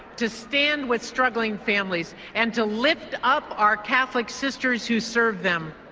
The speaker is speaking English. to stand with struggling families and to lift up our catholic sisters who serve them.